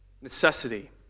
necessity